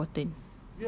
which is what important